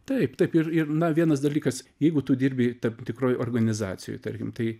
taip taip ir ir na vienas dalykas jeigu tu dirbi tam tikroj organizacijoj tarkim tai